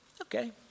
Okay